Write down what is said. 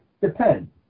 depends